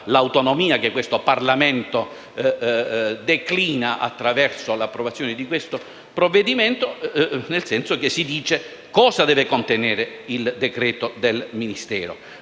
l'autonomia che il Parlamento declina attraverso l'approvazione di questo provvedimento. In sostanza, si stabilisce cosa deve contenere il decreto del Ministero: